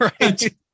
right